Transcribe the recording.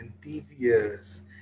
devious